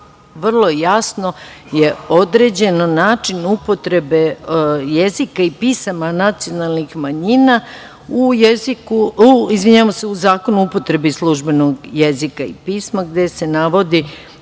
vrlo je jasno i određen način upotrebe jezika i pisama nacionalnih manjina u Zakonu o upotrebi službenog jezika i pisma, gde se navodi